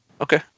Okay